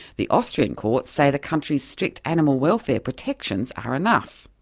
the austrian courts say the country's strict animal welfare protections are enough.